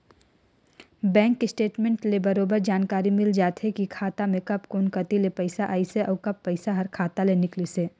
bank statement ले बरोबर जानकारी मिल जाथे की खाता मे कब कोन कति ले पइसा आइसे अउ कब पइसा हर खाता ले निकलिसे